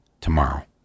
tomorrow